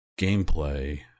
gameplay